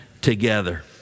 together